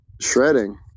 shredding